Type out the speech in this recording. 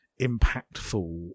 impactful